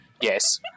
Yes